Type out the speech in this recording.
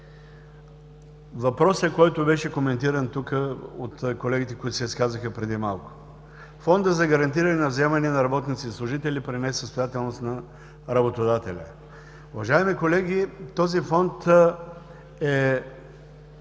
въпроса, който беше коментиран тук от колегите, които се изказаха преди малко – Фондът за гарантиране на вземания на работници и служители при несъстоятелност на работодателя. Уважаеми колеги, този Фонд е